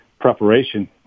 preparation